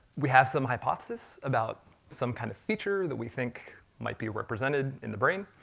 we have some hypothesis about some kind of feature that we think might be represented in the brain.